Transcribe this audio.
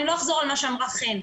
אני לא אחזור על מה שאמרה חן.